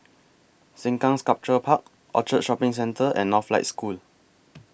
Sengkang Sculpture Park Orchard Shopping Centre and Northlight School